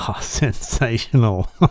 Sensational